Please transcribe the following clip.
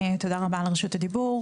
תודה רבה על רשות הדיבור.